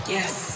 Yes